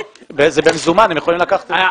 זה במזומן והם יכולים לקחת לעצמם.